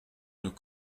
nos